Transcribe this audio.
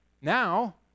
Now